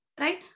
right